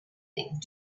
thing